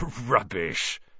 Rubbish